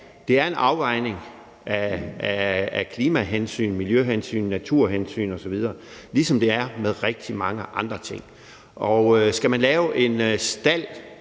kræver en afvejning af klimahensyn, miljøhensyn, naturhensyn osv., ligesom det gør med rigtig mange andre ting. Skal man lave en stald